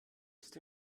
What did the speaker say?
ist